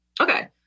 Okay